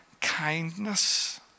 kindness